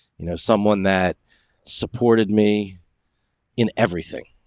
you know, someone that supported me in everything,